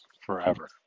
forever